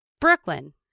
Brooklyn